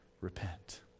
repent